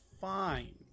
fine